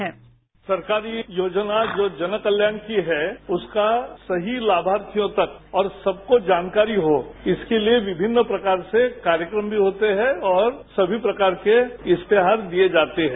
bite सरकारी योजना जो जन कल्याण की है उसका सही लाभार्थियों तक और सबको जानकारी हो इसके लिए विभिन्न प्रकार से कार्यक्रम भी होते हैं और सभी प्रकार के इश्तहार दिए जाते हैं